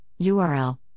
URL